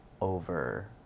over